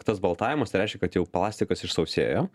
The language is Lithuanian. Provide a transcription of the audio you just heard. tas baltavimas tai reiškia kad jau plastikas išsausėjo